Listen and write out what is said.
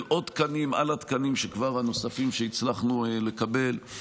עוד תקנים על התקנים הנוספים שכבר שהצלחנו לקבל,